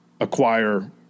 acquire